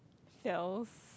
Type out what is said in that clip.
sales